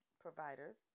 providers